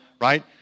right